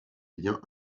liens